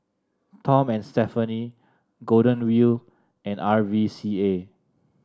Tom and Stephanie Golden Wheel and R V C A